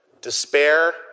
despair